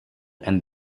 and